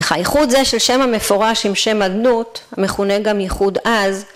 ״הייחוד זה של שם המפורש עם שם עדנות המכונה גם ייחוד אז״